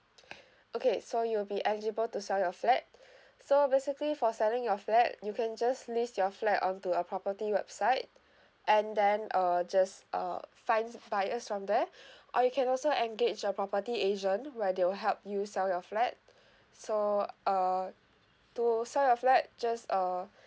okay so you'll be eligible to sell your flat so basically for selling your flat you can just list your flat onto a property website and then uh just uh finds buyers from there or you can also engage a property agent where they will help you sell your flat so uh to sell your flat just uh